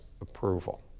approval